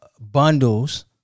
Bundles